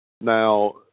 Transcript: Now